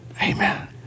Amen